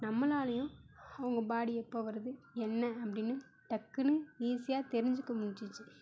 நம்மளாலையும் அவங்க பாடி எப்போ வருது என்ன அப்படின்னு டக்குன்னு ஈஸியாக தெரிஞ்சிக்க முடிஞ்சிச்சு